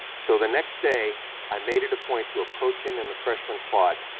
so the next day i made it a point to approach him in the freshman quad,